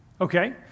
Okay